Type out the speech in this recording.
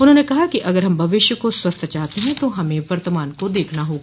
उन्होंने कहा कि अगर हम भविष्य को स्वस्थ चाहते हैं तो हमें वर्तमान को देखना होगा